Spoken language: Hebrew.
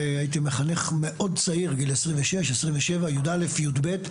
והייתי מחנך מאוד צעיר גיל 26, 27, י"א י"ב.